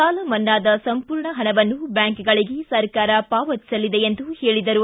ಸಾಲ ಮನ್ನಾದ ಸಂಪೂರ್ಣ ಪಣವನ್ನು ಬ್ಯಾಂಕ್ಗಳಿಗೆ ಸರ್ಕಾರ ಪಾವತಿಸಲಿದೆ ಎಂದರು